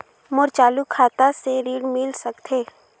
मोर चालू खाता से ऋण मिल सकथे?